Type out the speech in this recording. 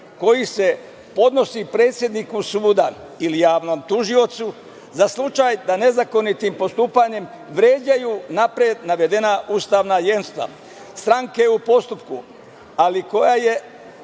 koji se podnose predsedniku suda ili javnom tužiocu za slučaj da nezakonitim postupanjem vređaju unapred navedena ustavna jemstva stranke u postupku, ali koja je